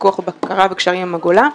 פיקוח ובקרה וקשרים עם הגולה.